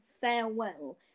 farewell